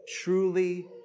truly